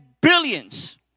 billions